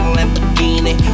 Lamborghini